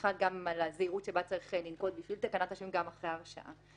ובכלל על הזהירות שבה צריך לנקוט בשביל תקנת השבים גם אחרי הרשעה.